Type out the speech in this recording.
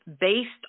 based